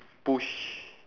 push